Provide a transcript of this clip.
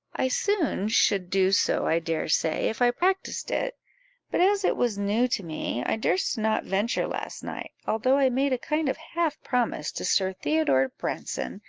i soon should do so, i dare say, if i practised it but as it was new to me, i durst not venture last night, although i made a kind of half promise to sir theodore branson,